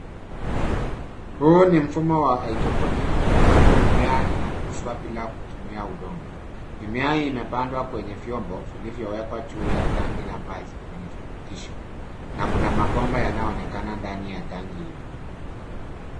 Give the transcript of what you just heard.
Huu ni mfumo wa haidroponiki ambapo mimea inakuzwa bila kutumia udongo. Mimea hii imepandwa kwenye vyombo vilivyowekwa juu ya tangi la maji yenye virutubisho, na kuna mabomba yanayoonekana ndani ya tangi hilo.